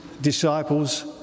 disciples